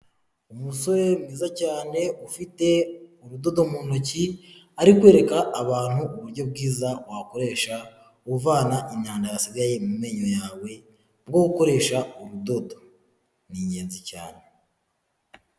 Umusore mwiza cyane ufite urudodo mu ntoki, ari kwereka abantu uburyo bwiza wakoresha, uvana inyanda yasigaye mu menyo yawe, bwo gukoresha urudodo ni ingenzi cyane.